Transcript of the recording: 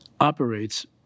operates